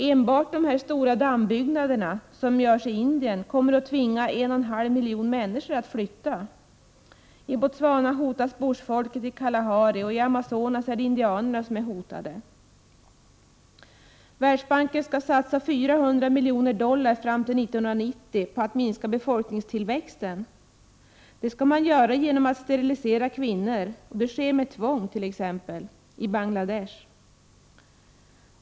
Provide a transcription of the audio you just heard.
Enbart de stora dammbyggnader som görs i Indien kommer att tvinga 1,5 miljoner människor att flytta. I Botswana hotas bushfolket i Kalahari. I Amazonas är det indianerna som är hotade. Världsbanken skall fram till 1990 satsa 400 miljoner dollar på att minska befolkningstillväxten. Det skall man göra genom att sterilisera kvinnor. Detta sker med tvång i t.ex. Bangladesh.